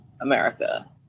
America